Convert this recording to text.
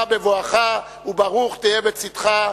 ברוך אתה בבואך וברוך תהיה בצאתך.